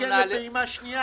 לגבי הפעימה השנייה